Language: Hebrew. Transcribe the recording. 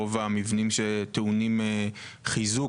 רוב המבנים שטעונים חיזוק,